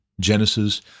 Genesis